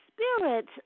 Spirit